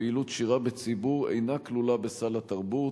פעילות שירה בציבור אינה כלולה בסל התרבות.